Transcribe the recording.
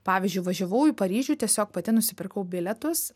pavyzdžiui važiavau į paryžių tiesiog pati nusipirkau bilietus